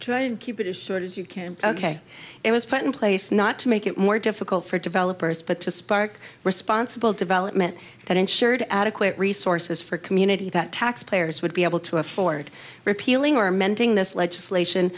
try and keep it as sort of as you can ok it was put in place not to make it more difficult for developers but to spark responsible development that ensured adequate resources for community that taxpayers would be able to afford repealing or amending this legislation